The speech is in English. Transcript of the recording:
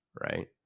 right